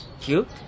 cute